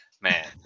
man